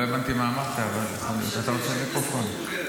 לא הבנתי מה אמרת --- שההתנשאות הזאת מוכרת.